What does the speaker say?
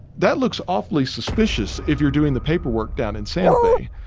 that looks awfully suspicious if you're doing the paperwork down in santa fe.